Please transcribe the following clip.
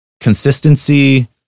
consistency